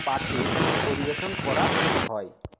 পাতে পরিবেশন করা হয়